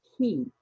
key